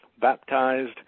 baptized